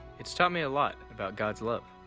it's taught me a lot about god's love.